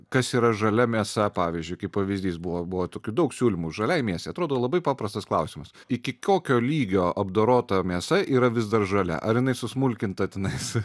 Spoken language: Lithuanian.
kas yra žalia mėsa pavyzdžiui kaip pavyzdys buvo buvo tokių daug siūlymų žaliai mėsai atrodo labai paprastas klausimas iki kokio lygio apdorota mėsa yra vis dar žalia ar jinai susmulkinta tenais